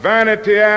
Vanity